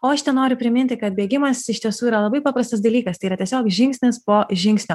o aš tenoriu priminti kad bėgimas iš tiesų yra labai paprastas dalykas tai yra tiesiog žingsnis po žingsnio